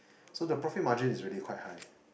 so the profit margin is really quite high